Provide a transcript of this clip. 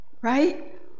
right